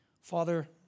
Father